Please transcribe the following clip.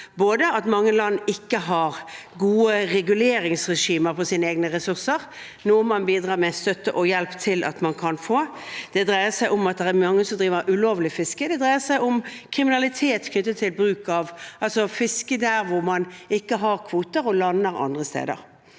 om at mange land ikke har gode reguleringsregimer for sine egne ressurser, noe man bidrar med støtte og hjelp til at man kan få, det dreier seg om at det er mange som driver ulovlig fiske, og det dreier seg om kriminalitet knyttet til at man fisker der man ikke har kvoter, og lander andre steder.